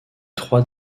trois